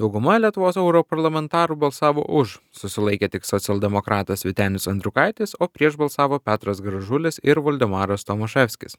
dauguma lietuvos europarlamentarų balsavo už susilaikė tik socialdemokratas vytenis andriukaitis o prieš balsavo petras gražulis ir voldemaras tomaševskis